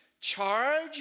charge